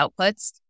outputs